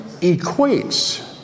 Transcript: equates